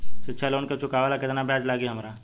शिक्षा लोन के चुकावेला केतना ब्याज लागि हमरा?